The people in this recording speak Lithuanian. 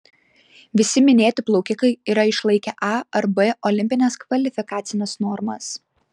visi minėti plaukikai yra išlaikę a ar b olimpines kvalifikacines normas